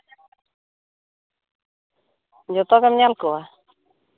ᱡᱚᱛᱚ ᱜᱮᱢ ᱧᱮᱞ ᱠᱚᱣᱟ